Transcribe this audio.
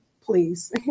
please